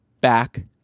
back